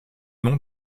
nom